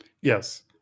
yes